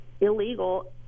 illegal